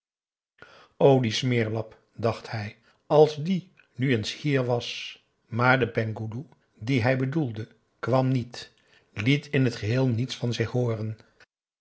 die smeerlap dacht hij als die nu eens hier was maar de penghoeloe dien hij bedoelde kwam niet liet in t geheel niets van zich hooren